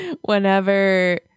Whenever